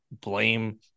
blame